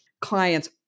clients